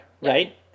right